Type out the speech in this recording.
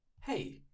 hey